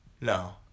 No